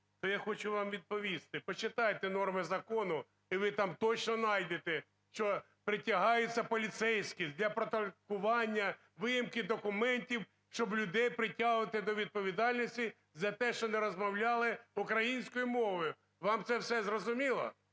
то я хочу вам відповісти: почитайте норми закону, і ви там точно найдете, що притягаються поліцейські для протоколювання, виїмки документів, щоб людей притягувати до відповідальності за те, що не розмовляли українською мовою. Вам це все зрозуміло?